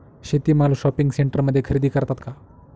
शेती माल शॉपिंग सेंटरमध्ये खरेदी करतात का?